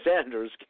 Sanders